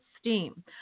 steam